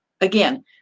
Again